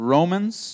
Romans